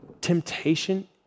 Temptation